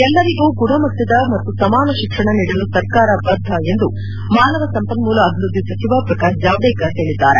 ಎಲ್ಲರಿಗೂ ಗುಣಮಟ್ಲದ ಮತ್ತು ಸಮಾನ ಶಿಕ್ಷಣ ನೀಡಲು ಸರ್ಕಾರ ಬದ್ಗ ಎಂದು ಮಾನವ ಸಂಪನ್ನೂಲ ಅಭಿವ್ಯದ್ಲಿ ಸಚಿವ ಪ್ರಕಾಶ್ ಜಾವಡೇಕರ್ ಹೇಳಿದ್ದಾರೆ